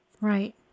Right